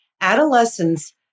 adolescents